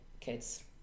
kids